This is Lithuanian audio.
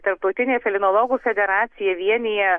tarptautinė felinologų federacija vienija